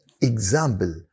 example